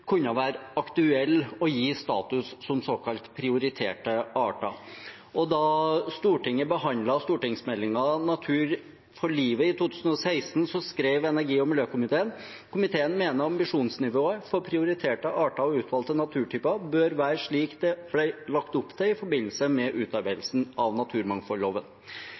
kunne være aktuelle å gi status som såkalte prioriterte arter. Da Stortinget i 2016 behandlet Meld. St. 14 for 2015–2016, Natur for livet, skrev energi- og miljøkomiteen: «Komiteen mener at ambisjonsnivået for prioriterte arter og utvalgte naturtyper bør være slik det ble lagt opp til i forbindelse med utarbeidelsen av naturmangfoldloven.»